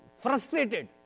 frustrated